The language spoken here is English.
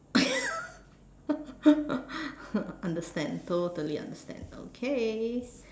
understand totally understand okay